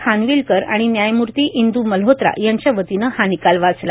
खानविलकर आणि न्यायमूर्ती इंदू मल्होत्रा यांच्या वतीनं हा निकाल वाचला